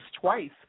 twice